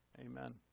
Amen